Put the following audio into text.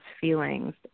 feelings